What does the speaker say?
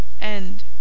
End